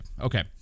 Okay